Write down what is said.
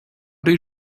they